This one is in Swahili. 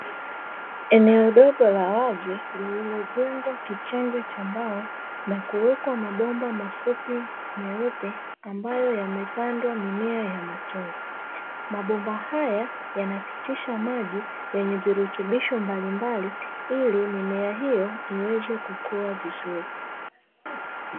Eneo dogo la wazi lililojengwa kichanja cha mbao na kuwekwa mabomba mafupi meupe, ambayo yamepandwa mimea ya matunda, mabomba haya yanapitisha maji yenye virutubisho mbalimbali, ili mimea hiyo iweze kukua vizuri.